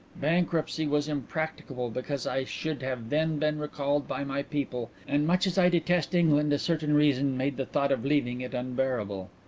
bankruptcy was impracticable because i should have then been recalled by my people, and much as i detest england a certain reason made the thought of leaving it unbearable.